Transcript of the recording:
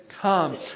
come